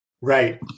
Right